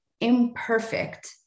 imperfect